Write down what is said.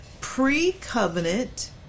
pre-covenant